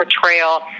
portrayal